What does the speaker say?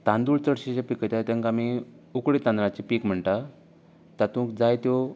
तांदूळ चडशें जे पिकयतात तांकां आमी उकडें तांदळाचे पीक म्हणटात तातूंत जाय त्यो